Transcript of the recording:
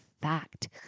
fact